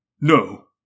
No